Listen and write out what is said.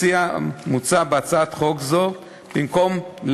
מוצע בהצעת חוק זו להחליף,